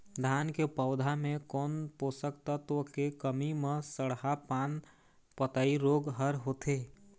धान के पौधा मे कोन पोषक तत्व के कमी म सड़हा पान पतई रोग हर होथे?